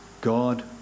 God